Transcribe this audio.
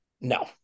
No